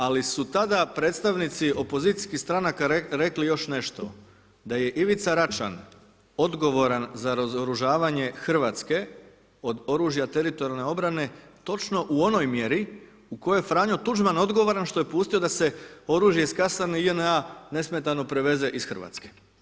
Ali su tada predstavnici opozicijskih stranaka rekli još nešto, da je Ivica Račan odgovoran za razoružavanja Hrvatske, od oružja teritorijalne obrane, točno u onoj mjeri u kojoj Franjo Tuđman odgovoran, što je pustio da se oružje iz Kasan JNA nesmetano preveze iz Hrvatske.